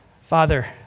Father